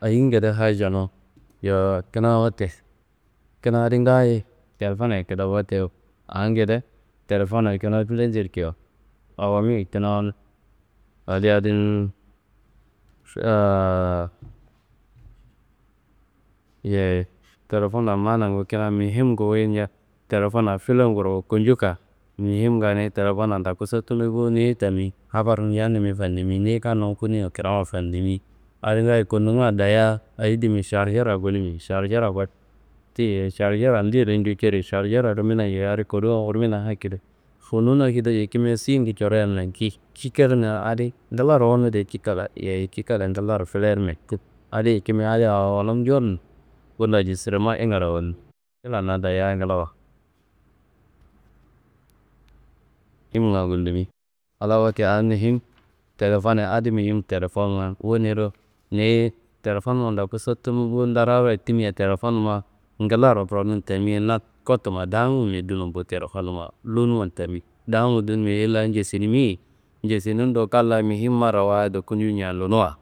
Ayi ngede hajanun? Yowo kina wote kina adi ngaayi telefonna kida, wote a ngede telefonna kina filenjerkia awomi kina, haliye adin yeyi telefonna manangu kina muhimngu wuyi telefonna filengurka kunjuka muhimnga niyi telefonna ndoku satunoi bo, ni tami habar yanimbe fannimi. Niyi kannun kunia kranwa fandimi adi ngayon konnunga dayia ayi dimi? Šaršerra konimi, šaršerra ako ti yeyi, šaršerra ndeyedo cutcerei? Šaršerra rimina yeyi adi kaduwa rimina akedo, fuwunun akedo yikimia suyingu coroya nanci. Cikalnga adi, nglaro wunude cikalla yeyi, cikalla ngillaro filermia cik adi yikimia awonun cuwurmia. Bundo aristrima ingaro awonu ingan dayia nglawo. Cunga gullimi, halas oke a muhim telefonna adi muhim telefonnga, onero niyi telefonnumman ndoku satunu bo. Dararoyi timia telefonnumma nglaro ronun tami, na kotuma dangumbe dunuyi bo telefonnumma liwunumman tami dangumu hilla ngesnimiye, ngesnindo kalla muhim marawayid kunju ñanduwa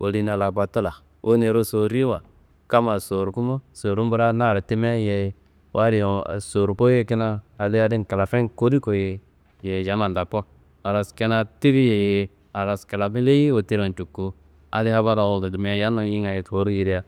woli na la kotula. Onero sorruyiwa kamma sorkumo, sorun braad naro timia yeyi, wu adi sorkoyi ye kina haliye adin klafen kodukoyi ye. Yeyi yamman ndoku halas kina tirriyei halas klafe leyi wotirran cukowo adi habar gullimia yannun ingaya kawurungedea.